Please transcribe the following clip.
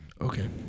Okay